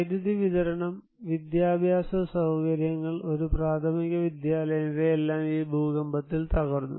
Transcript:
വൈദ്യുതി വിതരണം വിദ്യാഭ്യാസ സൌകര്യങ്ങൾ ഒരു പ്രാഥമിക വിദ്യാലയം ഇവയെല്ലാം ഈ ഭൂകമ്പത്തിൽ തകർന്നു